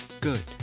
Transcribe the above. good